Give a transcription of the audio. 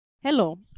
Hello